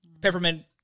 peppermint